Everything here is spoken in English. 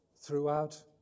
throughout